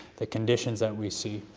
the conditions that we see,